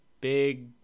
big